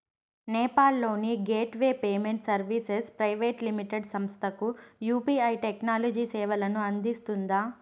నేపాల్ లోని gateway payment services private limited సంస్థకు UPI technology సేవలను అందిస్తుందా?